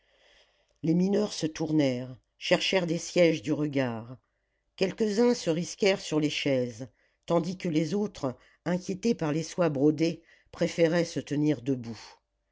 les mineurs se tournèrent cherchèrent des sièges du regard quelques-uns se risquèrent sur les chaises tandis que les autres inquiétés par les soies brodées préféraient se tenir debout